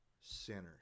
sinners